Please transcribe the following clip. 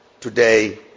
today